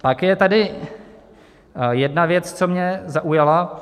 Pak je tady jedna věc, co mě zaujala.